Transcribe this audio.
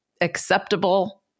acceptable